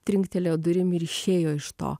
trinktelėjo durim ir išėjo iš to